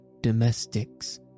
domestics